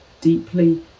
deeply